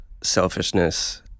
selfishness